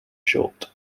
short